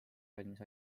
valmis